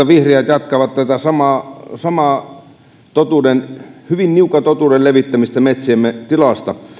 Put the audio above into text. vihreät jatkavat tätä samaa samaa hyvin niukan totuuden levittämistä metsiemme tilasta